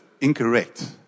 incorrect